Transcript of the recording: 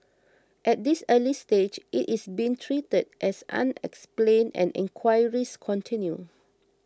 at this early stage it is being treated as unexplained and enquiries continue